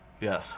Yes